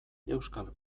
euskal